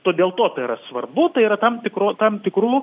todėl to tai yra svarbu tai yra tam tikro tam tikrų